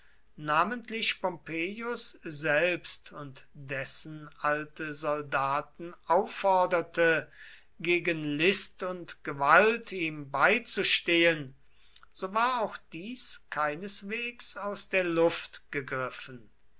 namentlich pompeius selbst und dessen alte soldaten aufforderte gegen list und gewalt ihm beizustehen so war auch dies keineswegs aus der luft gegriffen